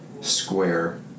square